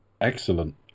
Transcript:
Excellent